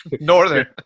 northern